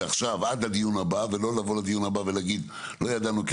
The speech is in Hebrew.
עכשיו עד הדיון הבא ולא לבוא לדיון הבא ולהגיד לא ידענו.